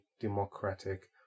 democratic